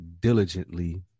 diligently